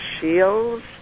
shields